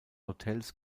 hotels